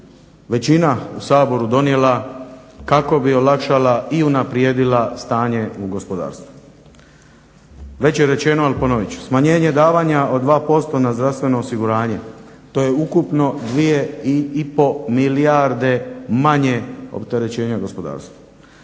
većina u Saboru donijela, kao bi olakšala i unaprijedila stanje u gospodarstvu. Već je rečeno, al ponovit ću. Smanjenje davanja od 2% na zdravstveno osiguranje, to je ukupno 2,5 milijarde manje opterećenje u gospodarstvu.